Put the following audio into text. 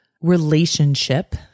relationship